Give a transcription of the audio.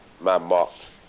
man-marked